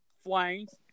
flames